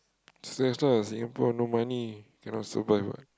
stress ah Singapore no money cannot survive what